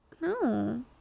No